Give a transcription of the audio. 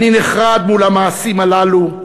אני נחרד מול המעשים הללו.